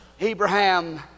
Abraham